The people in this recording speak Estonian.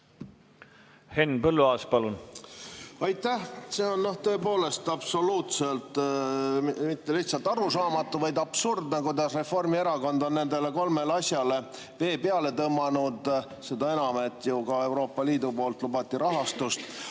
Henn Põlluaas, palun! Aitäh! See on, noh tõepoolest, absoluutselt mitte lihtsalt arusaamatu, vaid absurdne, kuidas Reformierakond on nendele kolmele asjale vee peale tõmmanud, seda enam, et ka Euroopa Liidu poolt lubati rahastust.